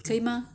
可以吗